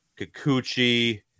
Kikuchi